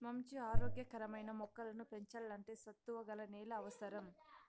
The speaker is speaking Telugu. మంచి ఆరోగ్య కరమైన మొక్కలను పెంచల్లంటే సత్తువ గల నేల అవసరం